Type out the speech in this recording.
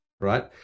right